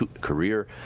career